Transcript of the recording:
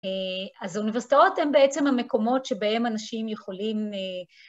אז האוניברסיטאות הן בעצם המקומות שבהן אנשים יכולים...